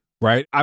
right